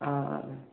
ꯑꯥ ꯑꯥ ꯃꯦꯝ